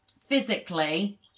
physically